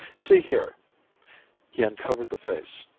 see here he uncovered the face.